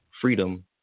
freedom